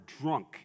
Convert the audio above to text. drunk